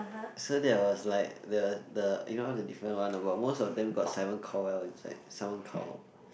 so there was like the the you know the different one about most of them got Simon-Cowell inside Simon-Cowell